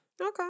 Okay